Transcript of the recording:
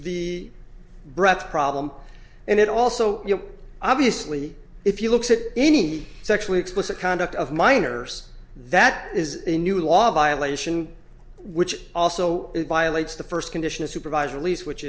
breath problem and it also you know obviously if you look at any sexually explicit conduct of minors that is a new law violation which also violates the first condition of supervised release which